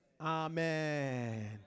amen